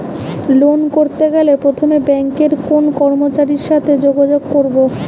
Loan করতে গেলে প্রথমে ব্যাঙ্কের কোন কর্মচারীর সাথে যোগাযোগ করব?